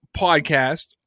podcast